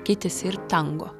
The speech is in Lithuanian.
keitėsi ir tango